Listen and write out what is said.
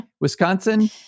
Wisconsin